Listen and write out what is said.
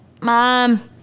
mom